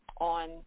on